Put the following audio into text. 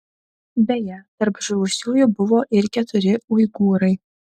beje tarp žuvusiųjų buvo ir keturi uigūrai